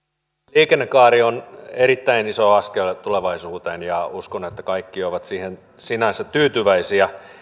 liikennekaari on erittäin iso askel tulevaisuuteen ja uskon että kaikki ovat siihen sinänsä tyytyväisiä